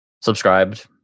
Subscribed